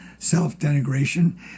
Self-denigration